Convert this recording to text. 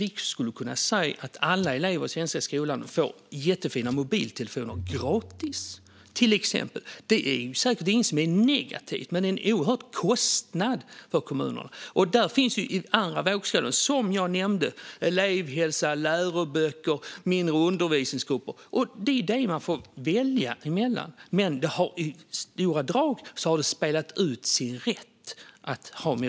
Vi skulle till exempel kunna säga att alla elever i den svenska skolan ska få jättefina mobiltelefoner gratis. Det är säkert inget som är negativt, men det innebär en oerhörd kostnad för kommunerna. I den andra vågskålen finns, som jag nämnde, elevhälsa, läroböcker och mindre undervisningsgrupper. Det är detta man får välja emellan. I stora drag har det här spelat ut sin rätt.